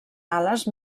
ales